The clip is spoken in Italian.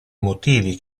motivi